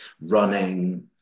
running